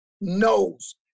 knows